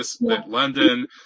London